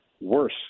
worse